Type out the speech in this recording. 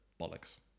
bollocks